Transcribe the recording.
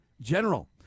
general